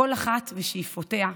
כל אחת ושאיפותיה.